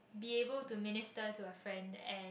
be able to minister to a friend and